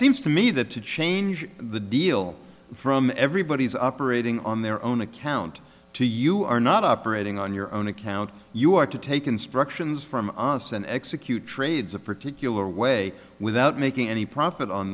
seems to me that to change the deal from everybody's operating on their own account to you are not operating on your own account you are to take instructions from us and execute trades a particular way without making any profit on